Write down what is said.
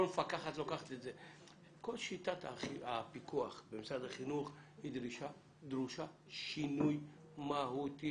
כל שיטת הפיקוח במשרד החינוך דרושה שינוי מהותי,